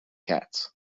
cats